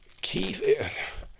Keith